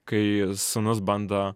kai sūnus bando